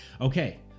Okay